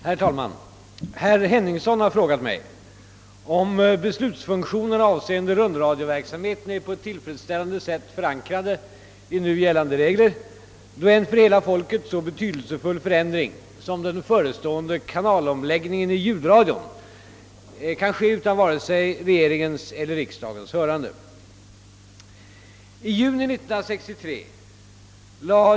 Herr talman! Herr Henningsson har frågat mig, om beslutsfunktionerna avseende rundradioverksamheten är på ett tillfredsställande sätt förankrade i nu gällande regler, då en för hela folket så betydelsefull förändring som den förestående kanalomläggningen i ljudradion kan ske utan vare sig regeringens eller riksdagens hörande.